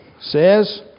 says